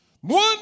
One